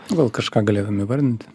gal kažką galėtum įvardinti